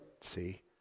See